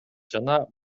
жана